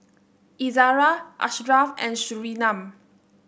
Izzara Ashraf and Surinam